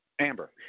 Amber